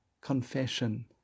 confession